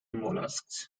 molluscs